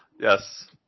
yes